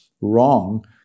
wrong